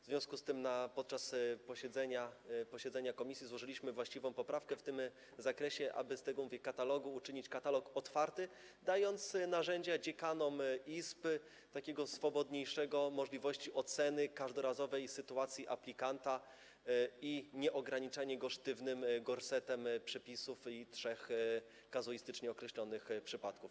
W związku z tym podczas posiedzenia komisji złożyliśmy właściwą poprawkę w tym zakresie, aby z tego katalogu uczynić katalog otwarty dający narzędzia dziekanom izb do takiej swobodniejszej możliwości oceny każdorazowej sytuacji aplikanta i nieograniczanie go sztywnym gorsetem przepisów i trzech kazuistycznie określonych przypadków.